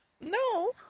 No